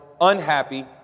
unhappy